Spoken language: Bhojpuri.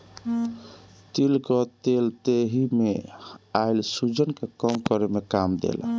तिल कअ तेल देहि में आइल सुजन के कम करे में काम देला